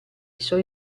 suoi